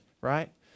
right